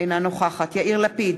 אינה נוכחת יאיר לפיד,